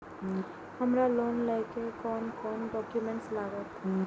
हमरा लोन लाइले कोन कोन डॉक्यूमेंट लागत?